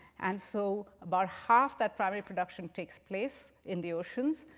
and so about half that primary production takes place in the oceans.